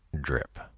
drip